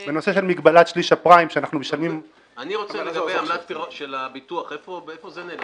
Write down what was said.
אני רוצה לגבי עמלת פירעון --- של הביטוח הנה,